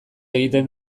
egiten